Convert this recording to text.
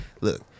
look